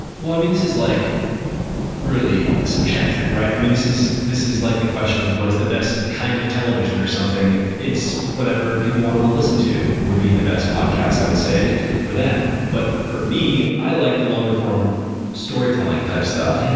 i mean, this is like really subjective, right? i mean, this is this is like the question of what is the best kind of television or something. it's whatever people want to listen to would be the best podcast i would say for them. but for me, i like the longer form storytelling type stuff.